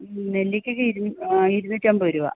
നെല്ലിക്കക്ക് ഇരു ഇരുന്നൂറ്റൻപത് രൂപ